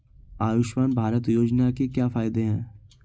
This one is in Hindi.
आयुष्मान भारत योजना के क्या फायदे हैं?